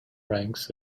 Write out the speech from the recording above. ranks